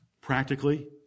Practically